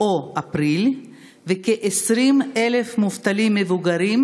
או אפריל וכ-20,000 מובטלים מבוגרים,